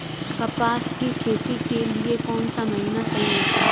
कपास की खेती के लिए कौन सा महीना सही होता है?